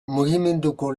mugimenduko